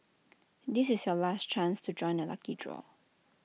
this is your last chance to join the lucky draw